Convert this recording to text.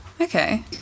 Okay